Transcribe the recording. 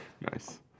nice